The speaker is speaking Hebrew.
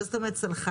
מה זאת אומרת סלחן?